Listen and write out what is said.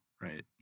right